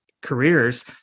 careers